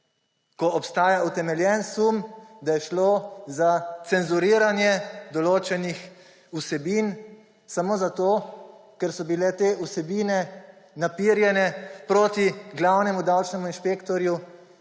ko obstaja utemeljen sum, da je šlo za cenzuriranje določenih vsebin samo zato, ker so bile te vsebine naperjene proti glavnemu davčnemu inšpektorju,